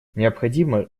необходимо